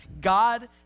God